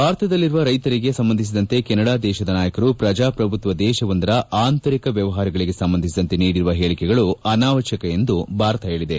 ಭಾರತದಲ್ಲಿರುವ ರೈತರಿಗೆ ಸಂಬಂಧಿಸಿದಂತೆ ಕೆನಡಾ ದೇಶದ ನಾಯಕರು ಪ್ರಜಾಪ್ರಭುತ್ವ ದೇಶವೊಂದರ ಆಂತರಿಕ ವ್ಲವಹಾರಗಳಿಗೆ ಸಂಬಂಧಿಸಿದಂತೆ ನೀಡಿರುವ ಹೇಳಿಕೆಗಳು ಅನಾವಶ್ಲಕ ಎಂದು ಭಾರತ ಹೇಳಿದೆ